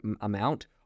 amount